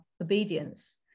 obedience